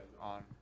on